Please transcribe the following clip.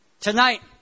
tonight